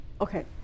Okay